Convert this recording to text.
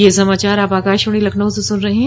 ब्रे क यह समाचार आप आकाशवाणी लखनऊ से सुन रहे हैं